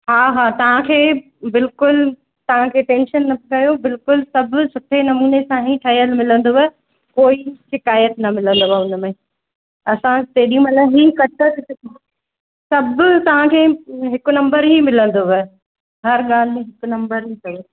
हा हा तव्हांखे बिल्कुलु तव्हांखे टेंशन न कयो बिल्कुलु सभु सुठे नमूने सां ई ठहियल मिलंदव कोई शिकायत न मिलंदव हुन में असां तेॾी महिल ई सभु तव्हांखे हिकु नंबर ई मिलंदव हर ॻाल्हि में हिकु नंबर ई अथव